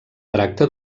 tracta